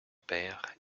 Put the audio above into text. père